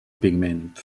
pigment